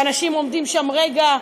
ואנשים עומדים שם רגע,